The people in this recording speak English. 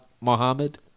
Mohammed